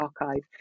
archive